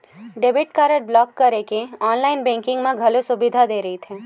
debit card block करे के online banking म घलो सुबिधा दे रहिथे